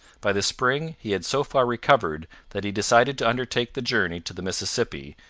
by the spring he had so far recovered that he decided to undertake the journey to the mississippi,